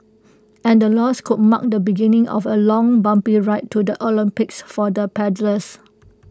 and the loss could mark the beginning of A long bumpy ride to the Olympics for the paddlers